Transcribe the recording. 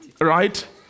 Right